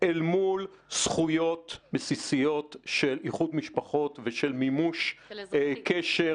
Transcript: אל מול זכויות בסיסיות של איחוד משפחות ושל מימוש קשר